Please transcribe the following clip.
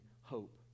hope